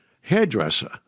hairdresser